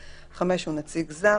(5) הוא נציג זר,